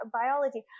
biology